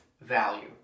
value